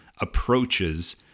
approaches